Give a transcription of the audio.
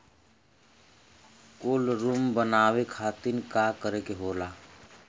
Cold room बनावे खातिर का करे के होला?